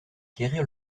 quérir